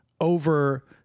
over